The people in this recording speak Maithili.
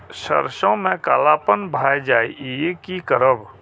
सरसों में कालापन भाय जाय इ कि करब?